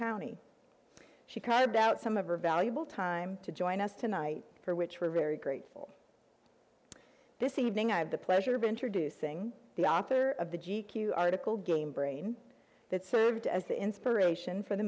county she cried out some of her valuable time to join us tonight for which we're very grateful this evening i had the pleasure of introducing the author of the g q article game brain that served as the inspiration for the